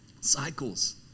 Cycles